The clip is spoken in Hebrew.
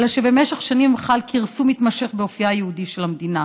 אלא שבמשך שנים חל כרסום מתמשך באופייה היהודי של המדינה.